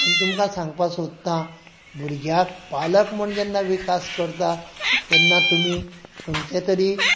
आनी तुमकां सांगपाक सोदतां भुरग्याक पालक म्हूण जेन्ना विकास करता तेन्ना तुमी खंयचें तरी